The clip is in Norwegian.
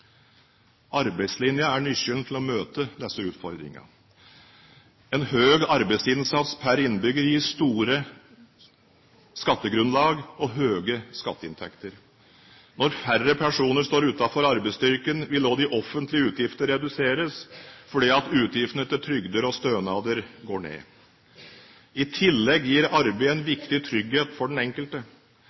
Arbeidslinja er nøkkelen til å møte disse utfordringene. En høy arbeidsinnsats per innbygger gir store skattegrunnlag og høye skatteinntekter. Når færre personer står utenfor arbeidsstyrken, vil også de offentlige utgiftene reduseres fordi utgiftene til trygder og stønader går ned. I tillegg gir arbeid en viktig trygghet for den enkelte.